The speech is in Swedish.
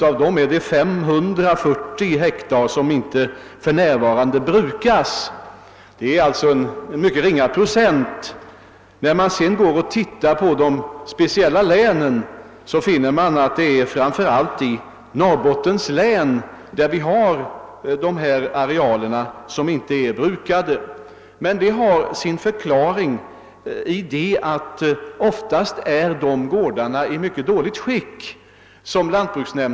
Av dessa brukas för närvarande inte mer än 540 hektar, vilket är en mycket li-- ten procent. När man sedan studerar de speciella länen, finner man att de obrukade area-- lerna framför allt återfinnes i Norrbottens län. Förklaringen till detta ligger i att de gårdar som lantbruksnämnderna tar över oftast befinner sig i mycket dåligt skick.